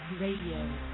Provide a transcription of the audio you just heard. radio